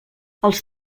els